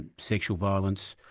sexual violence,